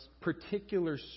particular